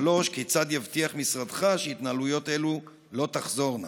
3. כיצד יבטיח משרדך שהתנהלויות כאלה לא תחזורנה?